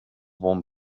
one